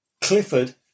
Clifford